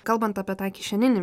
kalbant apie tą kišeninį